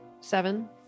seven